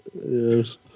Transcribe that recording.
Yes